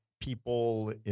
people